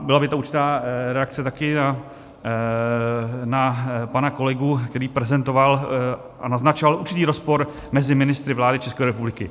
Byla by to určitá reakce taky na pana kolegu, který prezentoval a naznačoval určitý rozpor mezi ministry vlády České republiky.